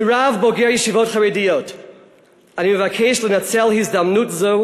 כרב בוגר ישיבות חרדיות אני מבקש לנצל הזדמנות זו